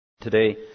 Today